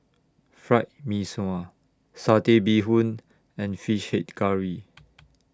Fried Mee Sua Satay Bee Hoon and Fish Head Curry